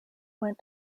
went